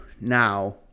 now